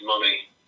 money